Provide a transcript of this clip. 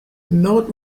not